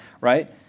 right